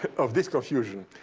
of this confusion.